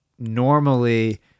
normally